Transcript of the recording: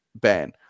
ban